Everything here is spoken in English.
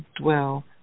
dwell